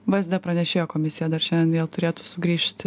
vsd pranešėjo komisija dar šiandien vėl turėtų sugrįžti